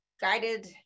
guided